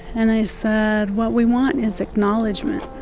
and i said, what we want is acknowledgement